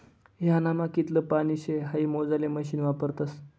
ह्यानामा कितलं पानी शे हाई मोजाले मशीन वापरतस